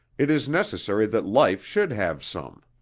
it is necessary that life should have some.